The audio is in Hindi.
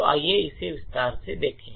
तो आइए इसे विस्तार से देखें